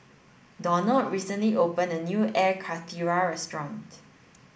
Donald recently opened a new Air Karthira restaurant